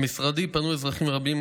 למשרדי פנו אזרחים רבים,